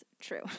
true